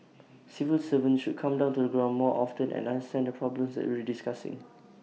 civil servants should come down to the ground more often and understand the problems that we're discussing